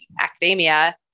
academia